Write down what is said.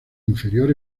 inferior